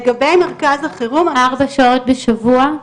ארבע שעות בשבוע?